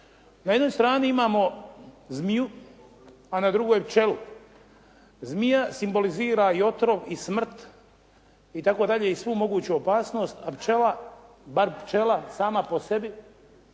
Na jednoj strani imamo zmiju a na drugoj pčelu. Zmija simbolizira i otrov i smrt itd., i svu moguću opasnost a pčela, bar pčela sama po sebi